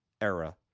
era